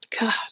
God